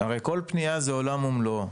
הרי כל פנייה היא עולם ומלואו,